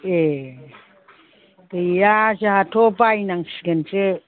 ए गैया जोंहाथ' बायनांसिगोनसो